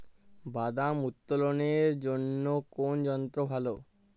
বাদাম উত্তোলনের জন্য কোন যন্ত্র ভালো?